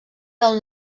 del